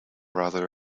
rather